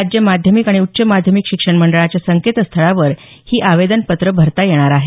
राज्य माध्यमिक आणि उच्च माध्यमिक शिक्षण मंडळाच्या संकेतस्थळावर ही आवेदनपत्रं भरता येणार आहेत